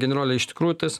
generole iš tikrųjų tas